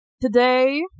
today